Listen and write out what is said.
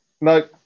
No